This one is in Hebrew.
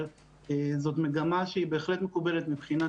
אבל זו בהחלט מגמה מקובלת מבחינת